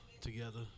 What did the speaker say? together